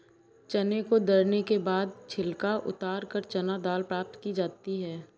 चने को दरने के बाद छिलका उतारकर चना दाल प्राप्त की जाती है